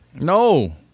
No